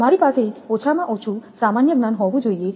તમારી પાસે ઓછામાં ઓછું સામાન્ય જ્ઞાન હોવું જોઈએ